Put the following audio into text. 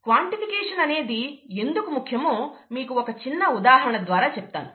quantification అనేది ఎందుకు ముఖ్యమో మీకు ఒక చిన్న ఉదాహరణ ద్వారా చెబుతాను